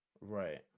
right